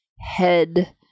head